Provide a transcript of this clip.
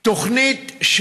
תוכנית,